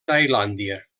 tailàndia